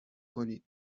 کنید